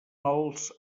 als